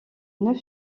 neuf